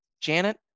Janet